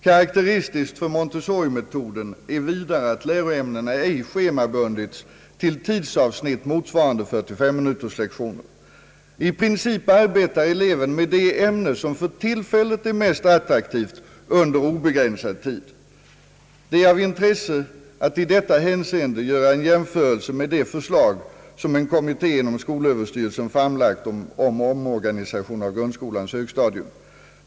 Karakteristiskt för Montessorimetoden är vidare, skriver rektor Thorsén, att läroämnena ej schemabundits till tidsavsnitt motsvarande 45-minuterslektioner. I princip arbetar eleven med det ämne, som för tillfället är mest attraktivt, under obestämd tid. Det är av intresse att i detta hänseende göra en jämförelse med det förslag, som en kommitté inom skolöverstyrelsen framlagt angående omorganisation av grundskolans högstadium.